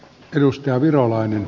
hyvä näin